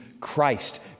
Christ